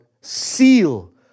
seal